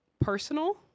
personal